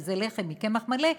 שזה לחם מקמח מלא,